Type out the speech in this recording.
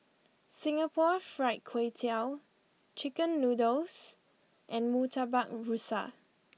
Singapore Fried Kway Tiao Chicken Noodles and Murtabak Rusa